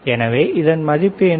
எனவே இதன் மதிப்பு என்ன